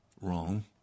wrong